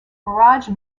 mirage